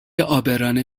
عابران